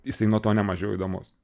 jisai nuo to ne mažiau įdomus